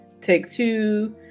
Take-Two